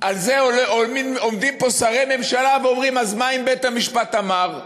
על זה עומדים פה שרי ממשלה ואומרים: אז מה אם בית-המשפט אמר?